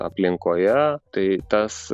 aplinkoje tai tas